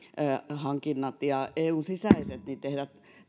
ja eun sisäiset hankinnat tehdä